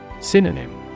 Synonym